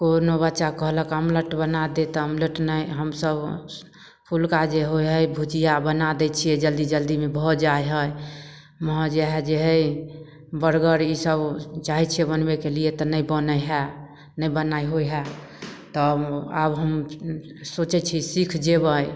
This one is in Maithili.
कोनो बच्चा कहलक ऑमलेट बना दे तऽ ऑमलेट नहि हमसभ फुलका जे होइ हइ भुजिया बना दै छियै जल्दी जल्दीमे भअ जाइ हइ मौहजै जे हइ बर्गर ई सभ चाहय छियै बनबयके लिए तऽ नहि बनय हइ नहि बनाय होइ हइ तऽ आब हम सोचय छियै जे सीख जेबय